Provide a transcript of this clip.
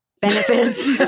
benefits